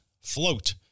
float